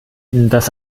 das